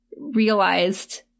realized